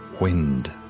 wind